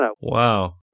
Wow